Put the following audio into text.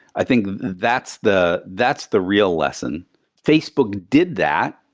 i think that's the that's the real lesson facebook did that.